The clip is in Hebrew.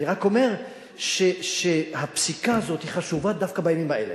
אני רק אומר שהפסיקה הזאת חשובה דווקא בימים האלה,